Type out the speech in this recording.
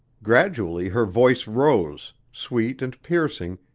gradually her voice rose, sweet and piercing,